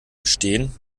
gestehen